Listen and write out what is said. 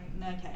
okay